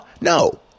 No